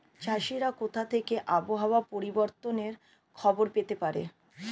চাষিরা কোথা থেকে আবহাওয়া পরিবর্তনের খবর পেতে পারে?